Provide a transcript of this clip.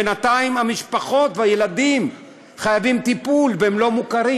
בינתיים המשפחות והילדים חייבים טיפול והם לא מוכרים.